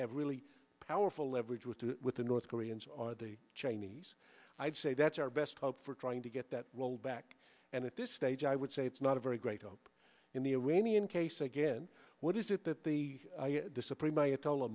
have really powerful leverage with the with the north koreans are the chinese i'd say that's our best hope for trying to get that rolled back and at this stage i would say it's not a very great hope in the iranian case again what is it that the supreme ayatollah